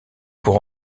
pour